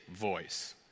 voice